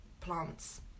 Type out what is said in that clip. plants